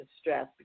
stress